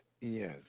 Yes